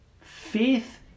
Faith